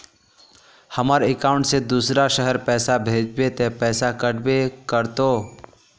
हमर अकाउंट से दूसरा शहर पैसा भेजबे ते पैसा कटबो करते?